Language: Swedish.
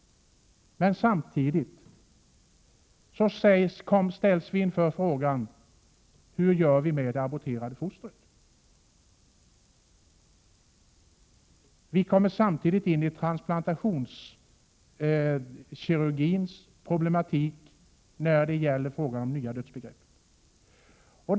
Men samtidigt ställs vi inför frågan: Hur gör vi med det aborterade fostret? Vi kommer samtidigt in i transplantationskirurgins problematik när det gäller frågan om det nya dödsbegreppet.